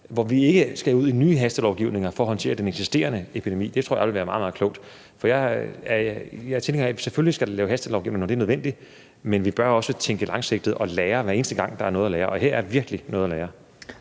hvor vi ikke skal ud i nye hastelovgivninger for at håndtere den eksisterende epidemi. Det tror jeg ville være meget, meget klogt. Jeg er tilhænger af, at der selvfølgelig skal laves hastelovgivning, når det er nødvendigt, men vi bør også tænke langsigtet og lære af det, hver eneste gang der er noget at lære – og her er virkelig noget at lære.